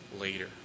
later